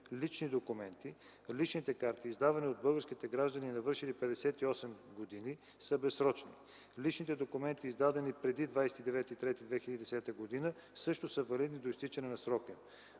лични документи, личните карти, издавани на българските граждани, навършили 58 години, са безсрочни. Личните документи, издадени преди 29 март 2010 г., също са валидни до изтичане на срока